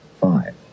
five